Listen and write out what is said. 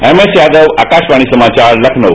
M S Yadav Akashvani समाचार लखनऊ